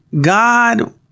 God